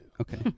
Okay